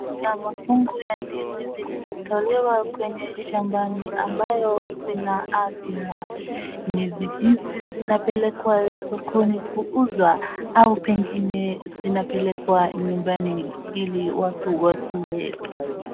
Kuna mafungu ya ndizi zilizotolewa kwenye shambani ambayo zina afya. Ndizi hizi zinapelekwa sokoni kuuzwa, au pengine zinapelekwa nyumbani ili watiu wakule.